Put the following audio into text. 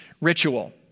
ritual